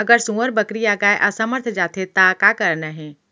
अगर सुअर, बकरी या गाय असमर्थ जाथे ता का करना हे?